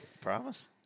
Promise